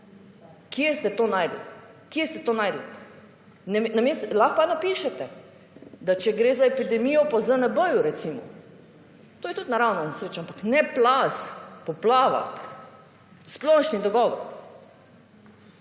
kje ste to našli. Kje ste to našli? Namesto, lahko pa napišete, da če gre za epidemijo po ZNB recimo, to je tudi naravna nesreča, ampak ne plaz, poplava. Splošni dogovor.